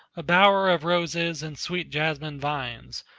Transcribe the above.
a bower of roses and sweet jasmine vines,